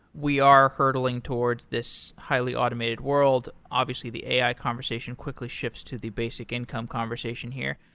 we are hurdling towards this highly automated world. obviously, the a i. conversation quickly shifts to the basic income conversation here.